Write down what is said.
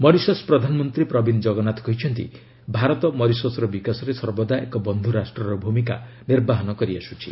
Mauritius ପ୍ରଧାନମନ୍ତ୍ରୀ Pravind Jugnauth କହିଛନ୍ତି ଭାରତ' ମରିସସ୍ର ବିକାଶରେ ସର୍ବଦା ଏକ ବନ୍ଧୁ ରାଷ୍ଟ୍ରର ଭୂମିକା ନିର୍ବାହ କରି ଆସୁଛି